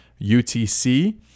UTC